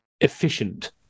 efficient